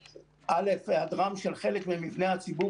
הליקוי הראשון היעדרם עדיין של חלק ממבני הציבור